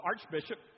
Archbishop